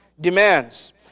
demands